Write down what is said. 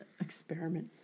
experiment